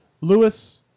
Lewis